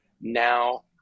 now